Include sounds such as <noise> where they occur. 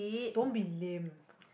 don't be lame <breath>